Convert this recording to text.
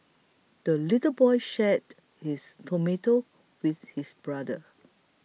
the little boy shared his tomato with his brother